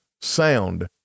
Sound